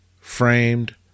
framed